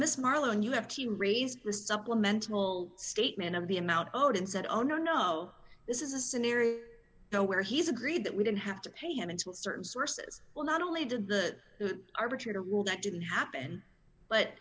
miss marlin you have to raise the supplemental statement of the amount owed and said oh no this is a scenario where he's agreed that we don't have to pay him until certain sources well not only did the arbitrator rule that didn't happen but